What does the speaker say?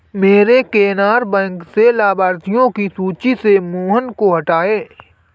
मेरे केनरा बैंक से लाभार्थियों की सूची से मोहन को हटाइए